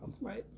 right